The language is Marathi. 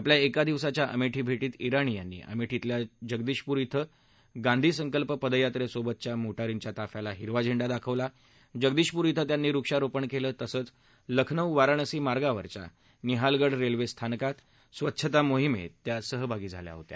आपल्या एका दिवसाच्या अमछी भट्टीत इराणी यांनी अमछीतल्या जगदीशपूर इथं त्यांनी गांधी संकल्प पदयात्र स्वीबतच्या मोटारींच्या ताफ्याला हिरवा झेंडा दाखवला जगदीशपूर इथं त्यांनी वृक्षारोपणही क्वि तसंच लखनऊ वाराणसी मार्गावरच्या निहालगढ रस्विस्थिानकात स्वच्छता मोहीमस्की त्या सहभागी झाल्या होत्या